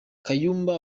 kayumba